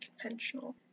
conventional